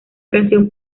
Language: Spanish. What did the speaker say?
canción